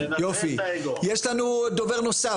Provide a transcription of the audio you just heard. יש לנו דובר נוסף.